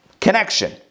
connection